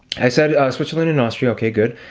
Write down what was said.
i said switzerland and austria, okay good.